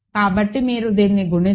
కాబట్టి మీరు దీన్ని గుణిస్తే